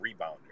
rebounder